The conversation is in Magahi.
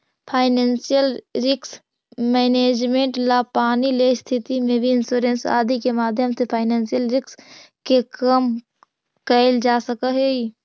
फाइनेंशियल रिस्क मैनेजमेंट ला पानी ले स्थिति में भी इंश्योरेंस आदि के माध्यम से फाइनेंशियल रिस्क के कम कैल जा सकऽ हई